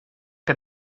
que